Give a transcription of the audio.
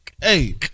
Hey